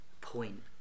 point